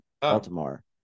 Baltimore